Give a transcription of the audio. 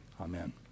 Amen